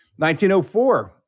1904